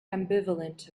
ambivalent